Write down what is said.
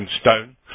stone